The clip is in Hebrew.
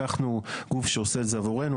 לקחנו גוף שעושה את זה עבורנו.